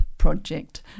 Project